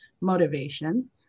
motivation